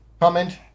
comment